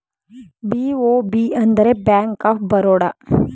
BOB ಅಂದರೆ Bank of Baroda